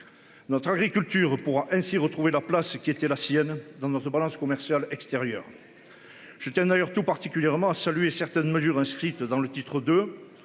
Notre agriculture pourra ainsi retrouver la place qui était la sienne dans notre balance commerciale extérieure. Je tiens d'ailleurs tout particulièrement à saluer certaines mesures inscrites dans le titre de